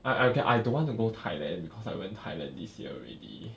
I I I can I don't want to go thailand because I went thailand this year already